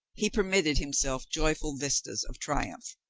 he permitted himself joyful vistas of triumph.